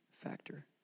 factor